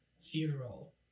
funeral